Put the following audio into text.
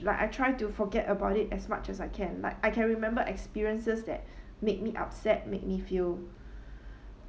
like I try to forget about it as much as I can like I can remember experiences that made me upset made me feel